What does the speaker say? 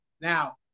Now